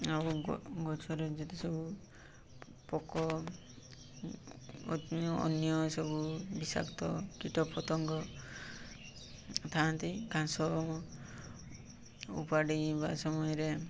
ଆଉ ଗଛରେ ଯେତେ ସବୁ ପୋକ ଅନ୍ୟ ସବୁ ବିଷାକ୍ତ କୀଟପତଙ୍ଗ ଥାନ୍ତି ଘାସ ଓପାଡ଼ିବା ସମୟରେ